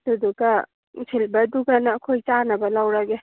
ꯑꯗꯨꯗꯨꯒ ꯁꯤꯜꯕꯔꯗꯨꯒꯅ ꯑꯩꯈꯣꯏ ꯆꯥꯅꯕ ꯂꯧꯔꯒꯦ